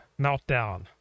meltdown